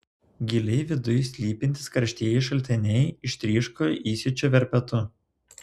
giliai viduj slypintys karštieji šaltiniai ištryško įsiūčio verpetu